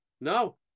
No